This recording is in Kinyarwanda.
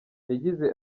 yagize